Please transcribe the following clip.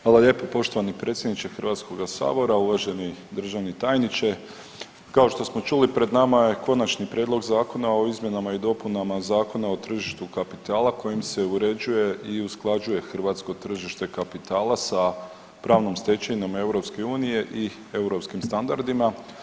Hvala lijepo poštovani predsjedniče HS-a, uvaženi državni tajniče, kao što smo čuli, pred nama je Konačni prijedlog zakona o izmjenama i dopunama Zakona o tržištu kapitala kojim se uređuje i usklađuje hrvatsko tržište kapitala sa pravnom stečevinom EU i europskim standardima.